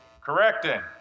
correcting